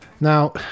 Now